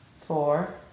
four